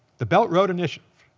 the belt road initiative.